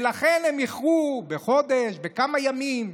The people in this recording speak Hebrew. ולכן הם איחרו בחודש או בכמה ימים.